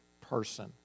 person